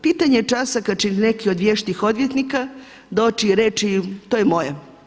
Pitanje je časa kada će neki od vještih odvjetnika doči i reči to je moje.